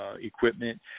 equipment